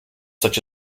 such